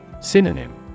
Synonym